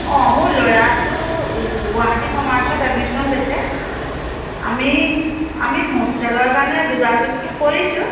অঁ মোৰ ল'ৰাটো গুৱাহাটী কমাৰ্চত এডমিশ্যন লৈছে আমি আমি হোষ্টেলৰ কাৰণে যোগাযোগটো কৰিছোঁ